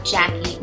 Jackie